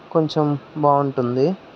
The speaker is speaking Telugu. కొంచెం బాగుంటుంది